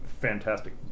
fantastic